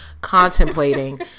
Contemplating